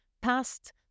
past